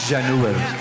January